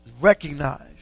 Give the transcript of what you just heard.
recognized